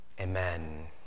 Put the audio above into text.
Amen